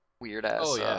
weird-ass